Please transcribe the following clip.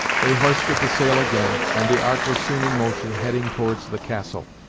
they hoisted the sail again, and the ark was soon in motion, heading towards the castle.